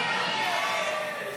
כהצעת הוועדה, נתקבל.